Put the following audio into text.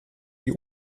die